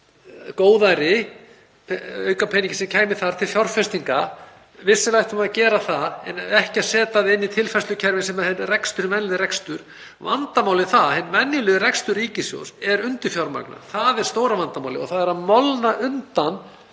nota góðærið, aukapeninginn sem kæmi þar, til fjárfestinga — vissulega ættum við að gera það en ekki að setja það inn í tilfærslukerfi sem rekstur, venjulegan rekstur. Vandamálið er að hinn venjulegi rekstur ríkissjóðs er undirfjármagnaður, það er stóra vandamálið, og það er að molna undan